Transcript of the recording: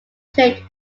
trade